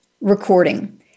recording